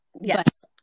Yes